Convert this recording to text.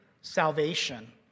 salvation